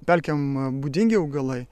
pelkėm būdingi augalai